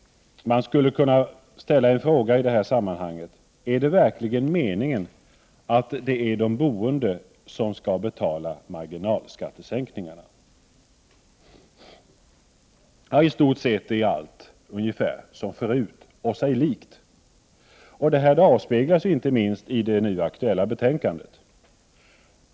Jag skulle vilja ställa en fråga i detta sammanhang: Är det verkligen meningen att de boende skall betala marginalskattesänkningarna? I stort sett är allt ungefär som förut och sig likt. Detta avspeglas inte minst i det nu aktuella betänkandet.